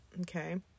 Okay